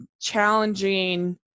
challenging